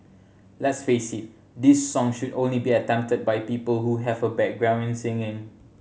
let's face it this song should only be attempted by people who have a background in singing